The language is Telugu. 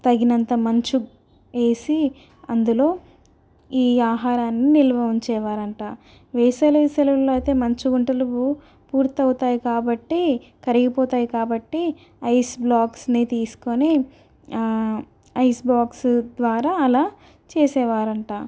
తగినంత మంచు వేసి అందులో ఈ ఆహారాన్ని నిలువ ఉంచేవారట వేసవి సెలవుల్లో అయితే మంచి గుంటలు పూర్తవుతాయి కాబట్టి కరిగిపోతాయి కాబట్టి ఐస్ బాక్స్ని తీసుకొని ఐస్ బాక్సు ద్వారా అలా చేసేవారట